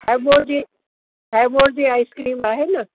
हैवमोर जी हैवमोर जी आइस्क्रीम आहे न